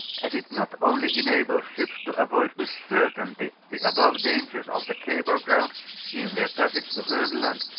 as it not only enables ships to avoid with certainty the above dangers of the cable ground in their passage to hoog land,